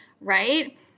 right